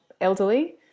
elderly